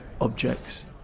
objects